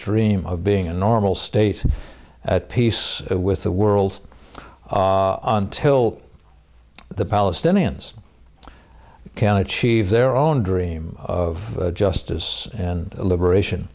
stream of being a normal state at peace with the world are until the palestinians can achieve their own dream of justice and liberation